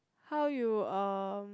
how you um